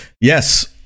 yes